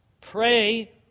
Pray